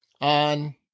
on